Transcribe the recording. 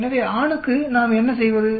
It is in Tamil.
எனவே ஆணுக்கு நாம் என்ன செய்வது